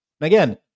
Again